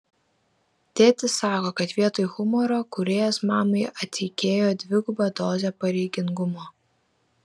tėtis sako kad vietoj humoro kūrėjas mamai atseikėjo dvigubą dozę pareigingumo